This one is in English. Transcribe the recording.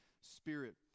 Spirit